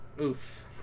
Oof